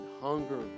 hunger